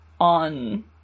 on